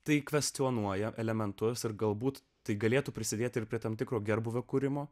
tai kvestionuoja elementus ir galbūt tai galėtų prisidėti prie tam tikro gerbūvio kūrimo